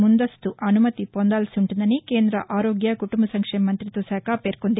ముందస్తు అనుమతి పొందాల్సి ఉంటుందని కేంద్ర ఆరోగ్య కుటుంబ సంక్షేమ మంతిత్వ శాఖ పేర్కొంది